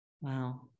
Wow